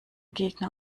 gegner